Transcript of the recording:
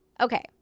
okay